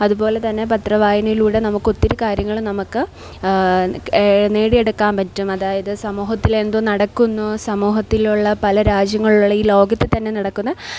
അത്പോലെ തന്നെ പത്രവായനയിലൂടെ നമുക്കൊത്തിരി കാര്യങ്ങൾ നമുക്ക് നേടിയെടുക്കാൻ പറ്റും അതായത് സമൂഹത്തിൽ എന്ത് നടക്കുന്നു സമൂഹത്തിലുള്ള പല രാജ്യങ്ങളിലുള്ള ഈ ലോകത്തിൽ തന്നെ നടക്കുന്ന